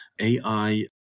AI